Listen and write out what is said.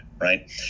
Right